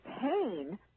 pain